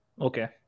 Okay